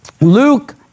Luke